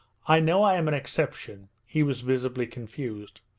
i know i am an exception. he was visibly confused.